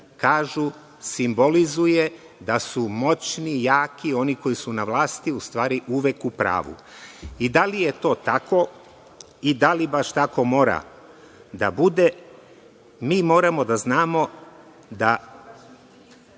kažu, simbolizuje da su moćni i jaki oni koji su na vlasti, u stvari, uvek u pravu. Da li je to tako i da li baš tako mora da bude? Mi moramo znati da